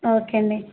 ఓకేండి